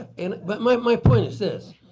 and but my my point is this,